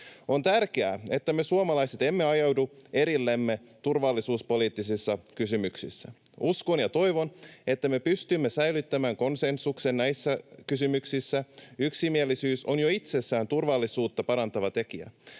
On tärkeää, että me suomalaiset emme ajaudu erillemme turvallisuuspoliittisissa kysymyksissä. Uskon ja toivon, että me pystymme säilyttämään konsensuksen näissä kysymyksissä. Yksimielisyys on jo itsessään turvallisuutta parantava tekijä.